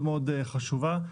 חשובה,